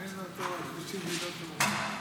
מעניין אותו הכבישים ביהודה ושומרון.